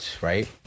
Right